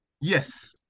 Yes